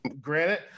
Granted